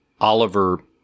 oliver